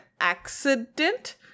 accident